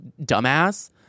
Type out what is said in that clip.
dumbass